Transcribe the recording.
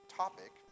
topic